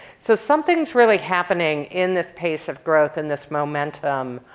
so something's really happening in this pace of growth in this momentum.